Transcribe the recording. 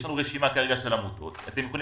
יש לנו כרגע רשימה של עמותות שאתם יכולים